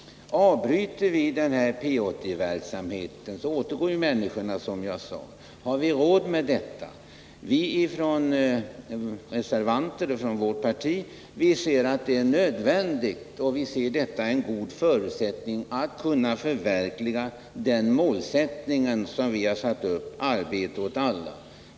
Om vi avbryter P 80-verksamheten återgår människorna, som jag sade, till sina arbeten, men har vi råd med detta? Vi reservanter anser att det är nödvändigt och ser det som en förutsättning för att kunna förverkliga den målsättning vi har satt upp: Arbete åt alla.